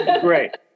Great